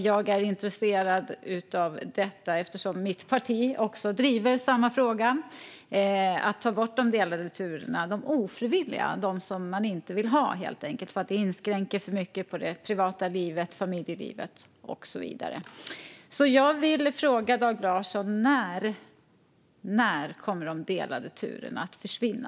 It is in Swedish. Jag är intresserad av detta eftersom mitt parti driver samma fråga: att ta bort de ofrivilliga delade turerna eftersom dessa inskränker för mycket på privat och familjeliv. När, Dag Larsson, kommer de delade turerna att försvinna?